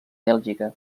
bèlgica